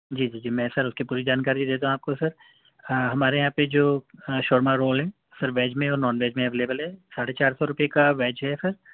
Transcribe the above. جی جی جی میں سر اُس کی پوری جانکاری دیتا ہوں آپ کو سر ہمارے یہاں پہ جو شورما رول ہے سر ویج میں اور نان ویج میں ایولیبل ہے ساڑھے چار سو روپئے کا ویج ہے سر